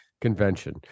Convention